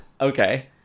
Okay